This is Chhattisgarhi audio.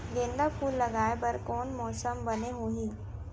गेंदा फूल लगाए बर कोन मौसम बने होही?